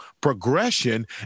progression